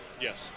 Yes